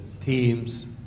teams